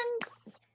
friends